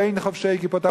בין חובשי כיפות.